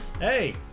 Hey